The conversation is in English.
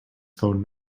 phone